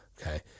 Okay